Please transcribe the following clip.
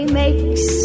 makes